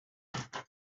trouble